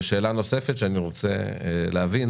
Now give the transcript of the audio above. ושאלה נוספת שאני רוצה להבין